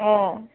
অঁ